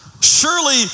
Surely